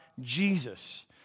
Jesus